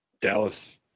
Dallas